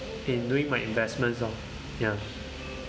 in doing my investments lor ya